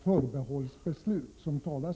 Måste inte det gälla,